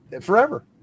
forever